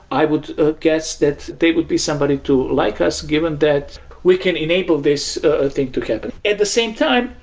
i would guess that they would be somebody to like us given that we can enable this thing to happen. at the same time,